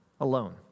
alone